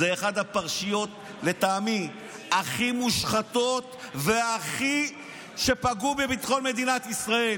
זו אחת הפרשיות לטעמי הכי מושחתות ושהכי פגעו בביטחון מדינת ישראל.